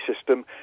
system